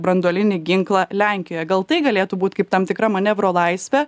branduolinį ginklą lenkijoje gal tai galėtų būt kaip tam tikra manevro laisvė